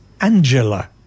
Angela